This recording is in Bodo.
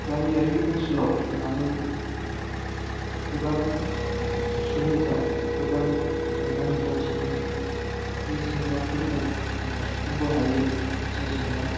गामियारि ओनसोलाव थानानै गोबां सुबुंफ्रा गोबां जेंना नुजाथियो बे जेंनाफोरखौ सुफुंख'हायै मोनसे जेंना